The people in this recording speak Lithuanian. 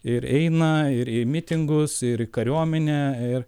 ir eina ir į mitingus ir į kariuomenę ir